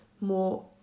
more